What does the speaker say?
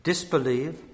Disbelieve